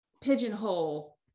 pigeonhole